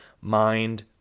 mind